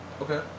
Okay